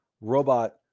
robot